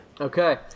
Okay